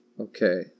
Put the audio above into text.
Okay